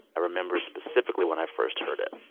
i remember specifically when i first heard it.